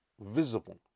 visible